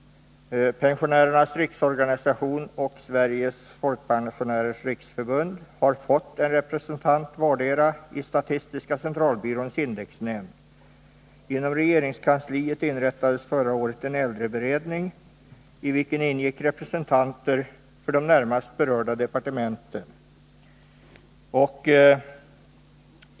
Pensionärernas riksorganisation och Sveriges folkpensionärers riksförbund har nu en representant vardera i statistiska centralbyråns indexnämnd. Inom regeringskansliet inrättades förra året en äldreberedning, i vilken ingick representanter för de närmast berörda departementen.